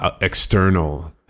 external